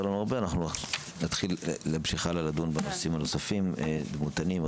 לנו הרבה נתחיל לדון בנושאים הנוספים: דימותנים,